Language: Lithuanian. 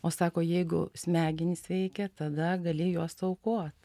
o sako jeigu smegenys veikia tada gali juos aukot